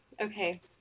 Okay